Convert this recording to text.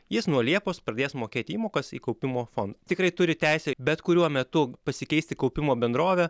jis nuo liepos pradės mokėt įmokas į kaupimo fondą tikrai turi teisę bet kuriuo metu pasikeisti kaupimo bendrovę